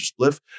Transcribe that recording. Spliff